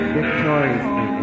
victoriously